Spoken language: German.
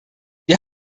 wir